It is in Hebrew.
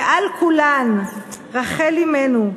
ועל כולן רחל אמנו,